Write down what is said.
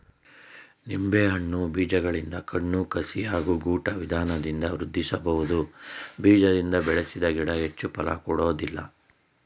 ನಿಂಬೆಯನ್ನು ಬೀಜಗಳಿಂದ ಕಣ್ಣು ಕಸಿ ಹಾಗೂ ಗೂಟ ವಿಧಾನದಿಂದ ವೃದ್ಧಿಸಬಹುದು ಬೀಜದಿಂದ ಬೆಳೆಸಿದ ಗಿಡ ಹೆಚ್ಚು ಫಲ ಕೊಡೋದಿಲ್ಲ